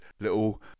little